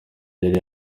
yari